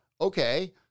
okay